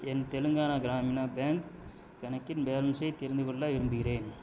என் Telangana Gramina bank கணக்கின் பேலன்ஸை தெரிந்துகொள்ள விரும்புகிறேன்